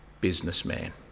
businessman